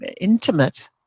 intimate